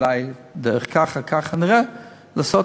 הוועדה שחוקקה את החוק הביאה בחשבון